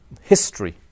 history